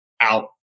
out